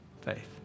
Faith